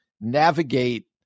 navigate